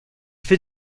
fait